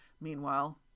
Meanwhile